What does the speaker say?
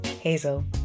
Hazel